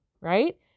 Right